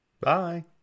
Bye